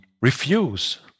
refuse